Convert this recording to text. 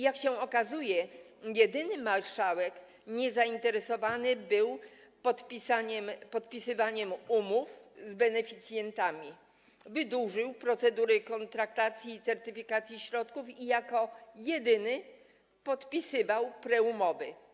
Jak się okazuje, jedynie marszałek nie był zainteresowany podpisywaniem umów z beneficjentami, wydłużał procedury kontraktacji i certyfikacji środków i jako jedyny podpisywał preumowy.